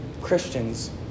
Christians